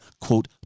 quote